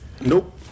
Nope